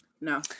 No